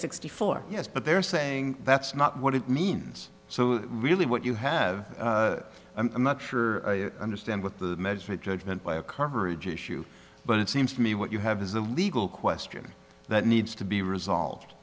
sixty four yes but they're saying that's not what it means so really what you have i'm not sure i understand what the measure of judgement by a corporate issue but it seems to me what you have is a legal question that needs to be resolved